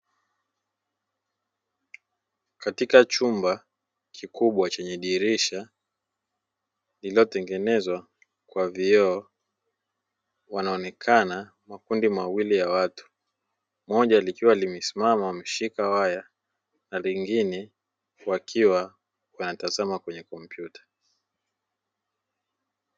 Katika chumba kikubwa chenye dirisha lililotengenezwa kwa vioo wanaonekana makundi mawili ya watu moja likiwa limesimama ameshika waya na lingine wakiwa wanatazama kwenye kompyuta.